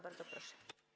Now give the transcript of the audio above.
Bardzo proszę.